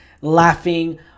laughing